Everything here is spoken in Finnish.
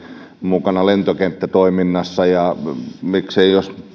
mukana lentokenttätoiminnassa jos